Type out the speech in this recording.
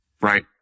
Right